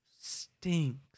stinks